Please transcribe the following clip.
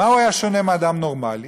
במה הוא היה שונה מאדם נורמלי?